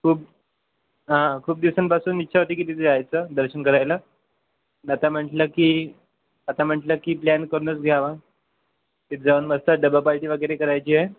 खूप हां खूप दिवसांपासून इच्छा होती की तिथे जायचं दर्शन करायला आता म्हटलं की आता म्हटलं की प्लॅन करूनच घ्यावा तिथं जाऊन मस्त डबा पार्टी वगेरे करायची आहे